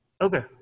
Okay